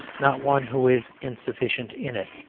not one who is insufficient in it.